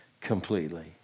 completely